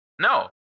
no